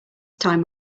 time